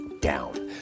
down